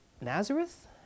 Nazareth